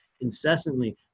Incessantly